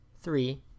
three